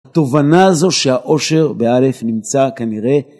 התובנה הזו שהאושר באלף נמצא כנראה